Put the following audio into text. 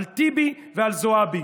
על טיבי ועל זועבי.